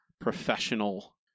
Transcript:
professional